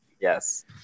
Yes